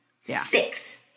Six